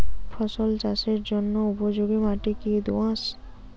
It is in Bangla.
ফসল চাষের জন্য উপযোগি মাটি কী দোআঁশ?